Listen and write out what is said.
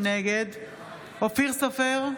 נגד אופיר סופר,